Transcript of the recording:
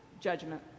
Judgment